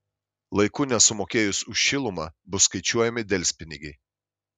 laiku nesumokėjus už šilumą bus skaičiuojami delspinigiai